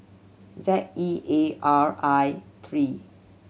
Z E A R I three